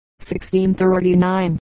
1639